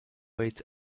wait